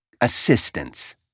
assistance